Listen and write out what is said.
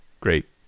Great